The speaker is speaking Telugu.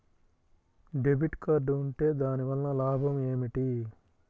డెబిట్ కార్డ్ ఉంటే దాని వలన లాభం ఏమిటీ?